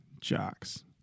jocks